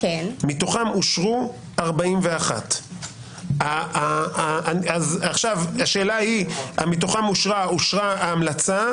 מתוכם אושרו 41. מתוכם אושרה ההמלצה?